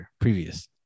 previous